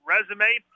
resume